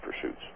pursuits